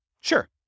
Sure